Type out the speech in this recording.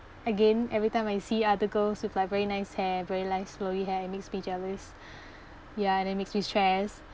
again every time I see other girls with very nice hair very nice flowy hair it makes me jealous ya and it makes me stressed